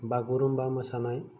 बागुरुमबा मोसानाय